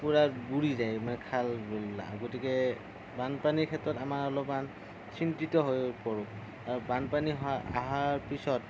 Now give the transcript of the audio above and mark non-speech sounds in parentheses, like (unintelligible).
পূৰা বুৰি যায় মানে খাল বিলবিলাক গতিকে বানপানীৰ ক্ষেত্ৰত আমাৰ অলপমান চিন্তিত হৈ পৰোঁ বানপানী (unintelligible) অহা অহাৰ পিছত